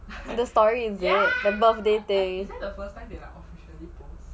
and the story is that the birthday thing